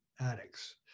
addicts